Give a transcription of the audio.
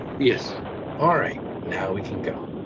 yes alright, now we can go.